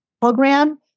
program